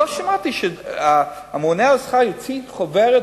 לא שמעתי שהממונה על השכר הוציא חוברת,